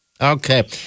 okay